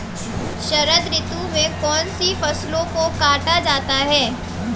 शरद ऋतु में कौन सी फसलों को काटा जाता है?